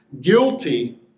guilty